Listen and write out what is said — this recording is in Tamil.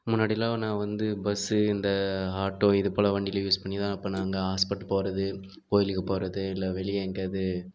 முன்னாடியெலாம் நான் வந்து பஸ்ஸு இந்த ஆட்டோ இதுபோல் வண்டியில் யூஸ் பண்ணிதான் அப்போ நாங்கள் ஹாஸ்பட்டல் போகிறது கோவிலுக்கு போகிறது இல்லை வெளியே எங்கேயாது